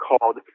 called